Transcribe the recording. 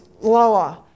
lower